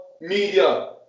media